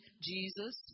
Jesus